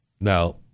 Now